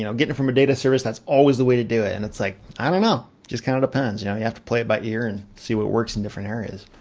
you know get it from a data service, that's always the way to do it, and it's like i don't know, just kinda kind of depends, you know you have to play it by ear and see what works in different areas,